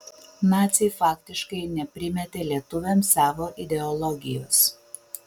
naciai faktiškai neprimetė lietuviams savo ideologijos